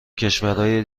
کشورای